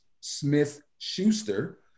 Smith-Schuster